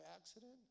accident